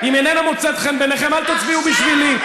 אם איננה מוצאת חן בעיניכם, אל תצביעו בשבילי.